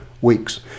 weeks